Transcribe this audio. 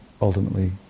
ultimately